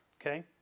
Okay